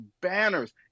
banners